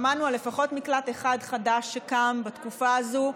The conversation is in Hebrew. שמענו על לפחות מקלט אחד חדש שקם בתקופה הזאת,